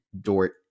Dort